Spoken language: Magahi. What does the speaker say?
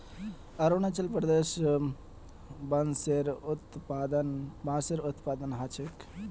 अरुणाचल प्रदेशत बांसेर उत्पादन ह छेक